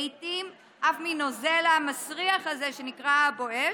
לעיתים אף מהנוזל המסריח הזה שנקרא בואש,